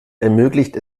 ermöglicht